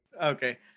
Okay